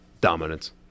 dominance